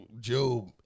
Job